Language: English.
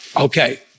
Okay